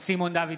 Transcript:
סימון דוידסון,